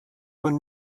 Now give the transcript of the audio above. von